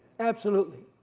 absolutely.